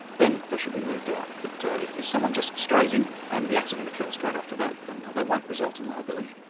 then they should be moved out. but if if someone just strays in and the accident occurs straight after that, then that won't result in liability.